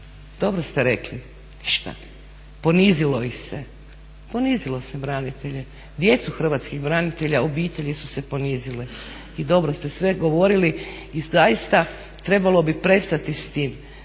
Dobro ste rekli, ništa. Ponizilo ih se. Ponizilo se branitelje, djecu hrvatskih branitelja, obitelji su se ponizile. I dobro ste sve govorili i zaista trebalo bi prestati s tim,